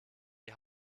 die